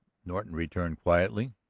norton returned quietly.